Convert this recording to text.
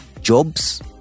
jobs